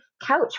couch